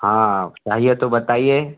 हाँ चाहिए तो बताइए